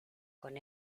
con